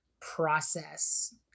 process